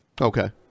Okay